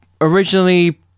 originally